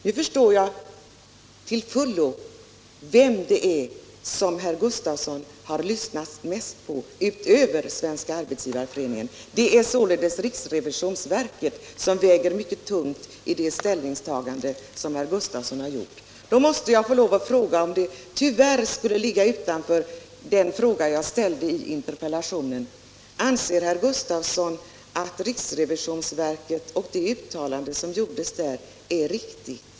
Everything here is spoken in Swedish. Nu förstår jag till fullo vem herr Gustavsson har lyssnat mest på vid sidan av Svenska arbetsgivareföreningen. Det är alltså riksrevisionsverket som väger så tungt i det ställningstagande som herr Gustavsson här har gjort. Även om det ligger något utanför den fråga jag ställt i interpellationen måste jag ändå fråga: Anser herr Gustavsson att riksrevisionsverkets uttalande är riktigt?